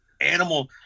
animal